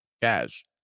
Cash